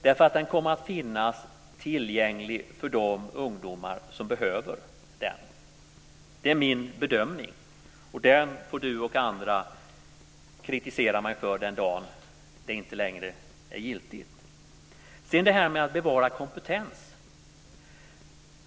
Den här skoldelen kommer att finnas tillgänglig för de ungdomar som behöver den. Det är min bedömning och den får du, Sten Tolgfors, och andra kritisera mig för den dagen detta inte längre är giltigt. Sedan gäller det detta med att bevara kompetens.